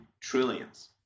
trillions